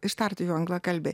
ištarti jų anglakalbiai